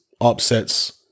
upsets